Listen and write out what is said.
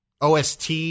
OST